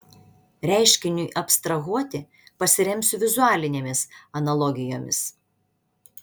reiškiniui abstrahuoti pasiremsiu vizualinėmis analogijomis